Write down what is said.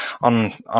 on